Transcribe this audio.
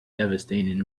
devastating